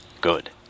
Good